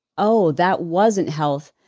oh, that wasn't health.